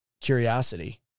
curiosity